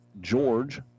George